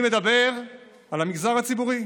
אני מדבר על המגזר הציבורי.